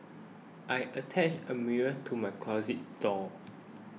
I attached a mirror to my closet door